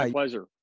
pleasure